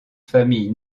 famille